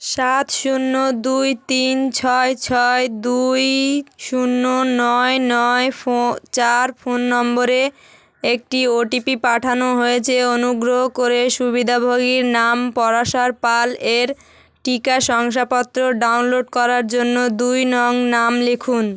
সাত শূন্য দুই তিন ছয় ছয় দুই শূন্য নয় নয় ফো চার ফোন নম্বরে একটি ওটিপি পাঠানো হয়েছে অনুগ্রহ করে সুবিধাভোগীর নাম পরাশর পালের টিকা শংসাপত্র ডাউনলোড করার জন্য দুই নং নাম লিখুন